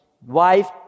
wife